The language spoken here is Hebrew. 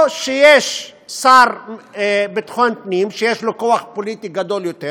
או שיש שר ביטחון פנים שיש לו כוח פוליטי גדול יותר,